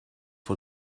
for